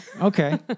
Okay